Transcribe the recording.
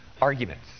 arguments